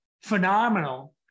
phenomenal